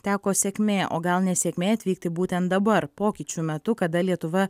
teko sėkmė o gal nesėkmė atvykti būtent dabar pokyčių metu kada lietuva